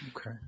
Okay